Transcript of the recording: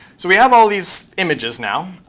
so we have all these images now.